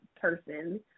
person